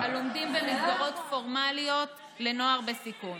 נוער בסיכון